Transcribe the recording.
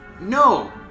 no